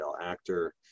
Actor